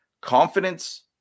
Confidence